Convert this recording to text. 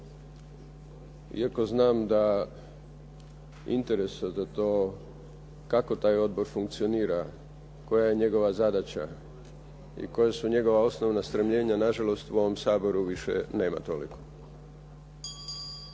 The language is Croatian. Iako znam da interesa za to kako taj odbor funkcionira, koja je njegova zadaća i koja su njegova osnovna stremljena nažalost u ovom Saboru više nema toliko.